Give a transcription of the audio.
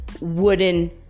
wooden